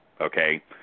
okay